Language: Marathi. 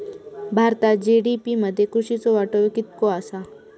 भारतात जी.डी.पी मध्ये कृषीचो वाटो कितको आसा?